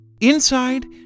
Inside